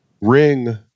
ring